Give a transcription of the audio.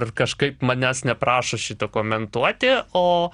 ir kažkaip manęs neprašo šito komentuoti o